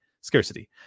scarcity